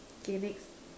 okay next